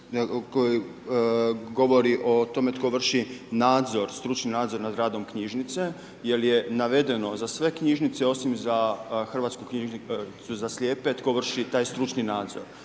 koji govori o tome tko vrši nadzor stručni nadzor nad radom knjižnice, jer je navedeno za sve knjižnice, osim za Hrvatsku knjižnicu za slijepe, tko vrši taj stručni nadzor.